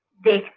the